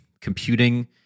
computing